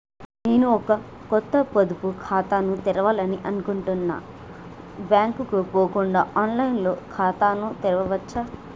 నేను ఒక కొత్త పొదుపు ఖాతాను తెరవాలని అనుకుంటున్నా బ్యాంక్ కు పోకుండా ఆన్ లైన్ లో ఖాతాను తెరవవచ్చా?